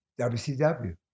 WCW